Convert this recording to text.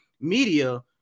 media